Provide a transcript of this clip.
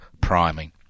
priming